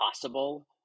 possible